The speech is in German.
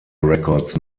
records